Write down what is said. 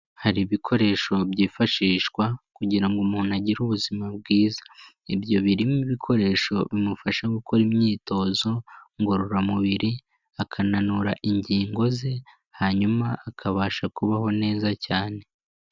Hari ibikoresho byifashishwa kugira ngo umuntu agire ubuzima bwiza ibyo birimo ibikoresho bimufasha gukora imyitozo ngororamubiri akananura ingingo ze hanyuma akabasha kubaho neza cyane.